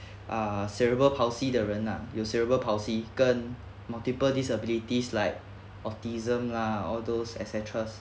uh cerebral palsy 的人呐有 cerebral palsy 跟 multiple disabilities like autism lah all those et cetera